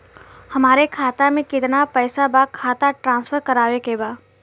हमारे खाता में कितना पैसा बा खाता ट्रांसफर करावे के बा?